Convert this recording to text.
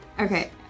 Okay